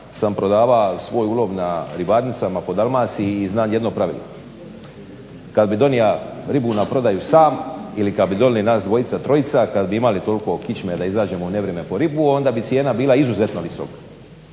sam prodavao svoj ulov na ribarnicama po Dalmaciji i znam jedno pravilo. Kada bi donio ribu na prodaju sam ili kada bi donijeli nas dvojica, trojca kada bi imali toliko kičme da izađemo u nevrijeme po ribu onda bi cijena bila izuzetno visoka,